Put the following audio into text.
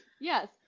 yes